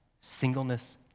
Singleness